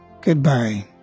Goodbye